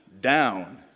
down